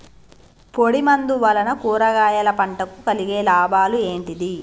పొడిమందు వలన కూరగాయల పంటకు కలిగే లాభాలు ఏంటిది?